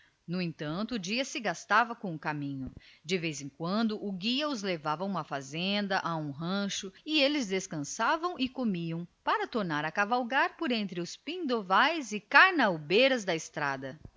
cabisbaixo e preocupado jornadearam em silêncio horas e horas de vez em quando o guia com o seu ar triste de sertanejo levava-os a uma fazenda ou a um rancho onde os três descansavam e comiam para tornar logo a cavalgar por entre as melancólicas carnaubeiras e pindovais da estrada